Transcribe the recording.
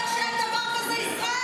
ח'אלד משעל אומר שאין דבר כזה ישראל.